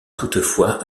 toutefois